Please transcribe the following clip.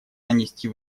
нанести